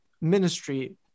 ministry